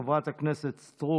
של חברת הכנסת סטרוק: